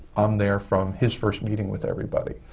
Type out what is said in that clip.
i'm there from his first meeting with everybody.